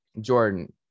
Jordan